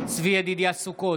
צבי ידידיה סוכות,